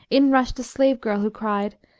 in rushed a slave-girl who cried,